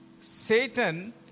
Satan